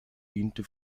diente